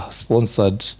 sponsored